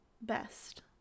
best